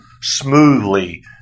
smoothly